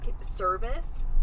service